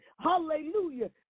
Hallelujah